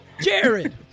Jared